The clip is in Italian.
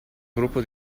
gruppo